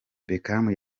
beckham